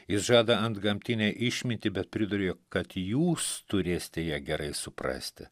jis žada antgamtinę išmintį bet priduria jog kad jūs turėsite ją gerai suprasti